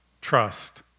trust